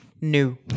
New